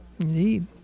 Indeed